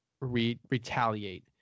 retaliate